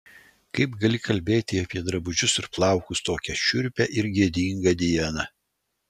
kaip gali kalbėti apie drabužius ir plaukus tokią šiurpią ir gėdingą dieną